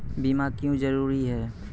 बीमा क्यों जरूरी हैं?